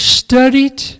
studied